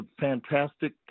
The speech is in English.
fantastic